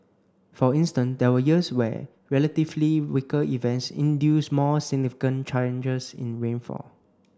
for instance there were years where relatively weaker events induced more significant changes in rainfall